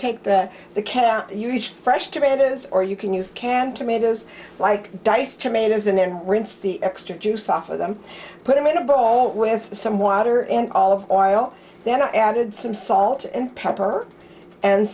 take that the cat huge fresh tomatoes or you can use canned tomatoes like diced tomatoes and then rinse the extra juice off of them put them in a bowl with some water in all of our oil then i added some salt and pepper and